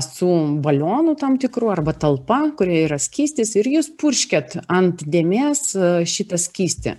su balionu tam tikru arba talpa kurioje yra skystis ir jūs purškiat ant dėmės šitą skystį